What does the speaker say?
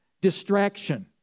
distraction